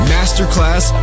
Masterclass